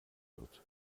wird